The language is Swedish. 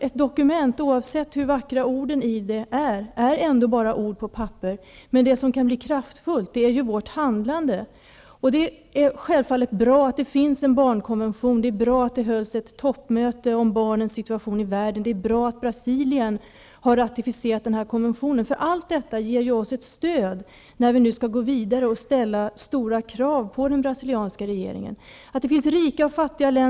Ett dokument, oavsett hur vackra orden i det är, är ändå bara ord på ett papper. Det som kan bli kraftfullt är vårt handlande. Det är självfallet bra att det finns en barnkonvention, det är bra att det hölls ett toppmöte om barnens situation i världen och det är bra att Brasilien har ratificerat den här konventionen. Allt detta ger oss ett stöd när vi nu skall gå vidare och ställa stora krav på den brasilianska regeringen.